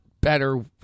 better